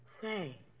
Say